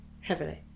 heavily